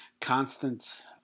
constant